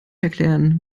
erklären